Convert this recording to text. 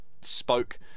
spoke